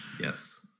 Yes